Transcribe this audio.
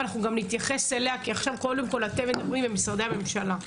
ואנחנו גם נתייחס אליה כי עכשיו קודם כול אתם מדברים עם משרדי הממשלה.